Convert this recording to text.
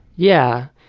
yeah.